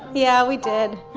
yeah, we did,